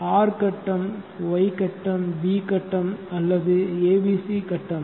R கட்டம் Y கட்டம் B கட்டம் அல்லது ABC கட்டம்